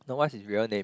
no what's his real name